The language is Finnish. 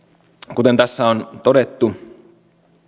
kuten tässä on todettu